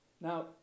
Now